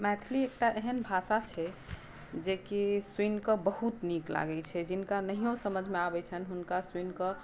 मैथिली एकटा एहन भाषा छै जेकी सुनिक बहुत नीक लागै छै जिनका नहियो समझमे आबै छनि हुनका सुनिकऽ